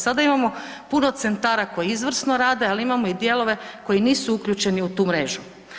Sada imamo puno centara koji izvrsno rade, ali imamo i dijelove koji nisu uključeni u tu mrežu.